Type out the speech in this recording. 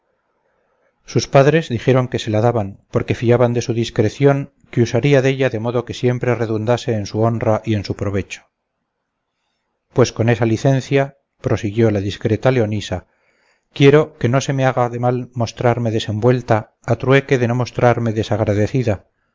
sus padres dijeron que se la daban porque fiaban de su discreción que usaría della de modo que siempre redundase en su honra y en su provecho pues con esa licencia prosiguió la discreta leonisa quiero que no se me haga de mal mostrarme desenvuelta a trueque de no mostrarme desagradecida